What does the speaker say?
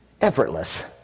effortless